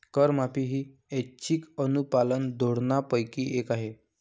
करमाफी ही ऐच्छिक अनुपालन धोरणांपैकी एक आहे